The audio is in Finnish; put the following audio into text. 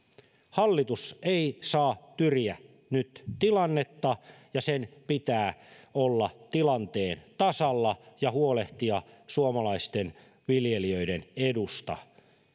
hallitus ei saa tyriä nyt tilannetta ja sen pitää olla tilanteen tasalla ja huolehtia suomalaisten viljelijöiden edusta